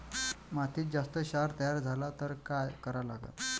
मातीत जास्त क्षार तयार झाला तर काय करा लागन?